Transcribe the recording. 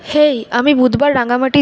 হেই আমি বুধবার রাঙ্গামাটি যাওয়ার ট্রেন পেতে চাই